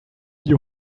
you